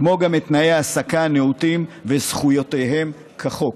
כמו גם את תנאי ההעסקה הנאותים וזכויותיהם כחוק.